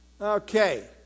Okay